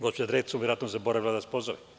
Gospođa Drecun je verovatno zaboravila da vas pozove.